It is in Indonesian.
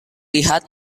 lihat